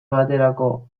baterako